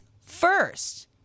first